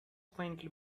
faintly